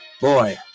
Boy